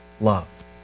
love